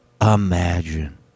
Imagine